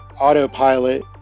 autopilot